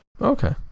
Okay